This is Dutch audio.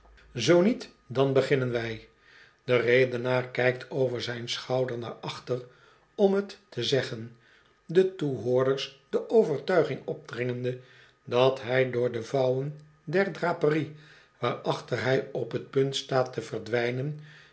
zoo niet dan beginnen wij de redenaar kijkt over zijn schouder naar achter om t te zeggen den toehoorders de overtuiging opdringende dat hij door de vouwen der draperie waarachter hij op t punt staat te verdwijnen